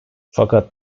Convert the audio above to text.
fakat